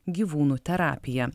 gyvūnų terapija